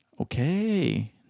Okay